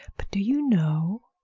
but do you know,